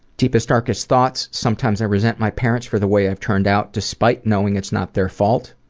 deepest, darkest thoughts. sometimes i resent my parents for the way i've turned out despite knowing it's not their fault.